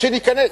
וכשניכנס,